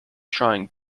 trying